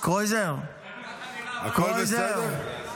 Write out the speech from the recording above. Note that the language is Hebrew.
הכול בסדר?